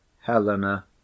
helena